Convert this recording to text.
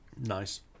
Nice